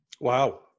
Wow